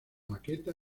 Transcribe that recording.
maqueta